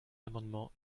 l’amendement